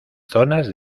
zonas